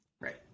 Right